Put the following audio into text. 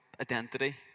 identity